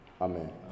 Amen